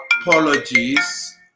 apologies